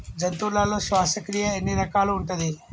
జంతువులలో శ్వాసక్రియ ఎన్ని రకాలు ఉంటది?